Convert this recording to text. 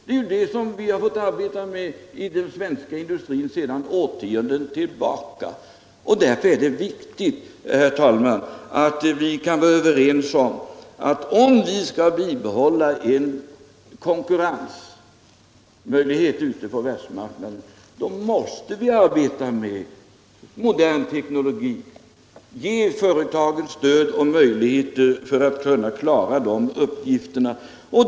Det är vad vi har fått arbeta med när det gäller den svenska industrin sedan årtionden tillbaka. Därför är det viktigt, herr talman, att vi blir överens om att vi, för att företagen skall kunna konkurrera ute på världsmarknaden, måste ge dem stöd och möjligheter att klara sina uppgifter med hjälp av modern teknologi.